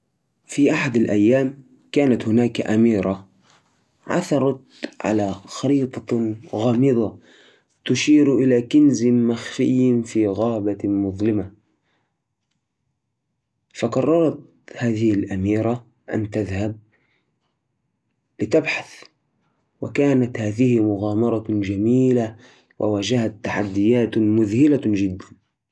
في أحد الأيام، كانت هناك أميرة عثرت على خريطة غامضة مخبأة في غرفة المكتبة القديمة. كانت الخريطة تشير إلى مكان بعيد، وكان إنها يحتوى على كنز مفقود منذ قرون. قررت الأميرة الإنطلاق في مغامرة مع اصدقائها، مسلحين بالشجاعة والإرادة. بعد أيام من الرحلة، واجهتهم تحديات وصعوبات، لكنهم استمروا في السير معاً. في النهاية، وصلوا إلى الكنز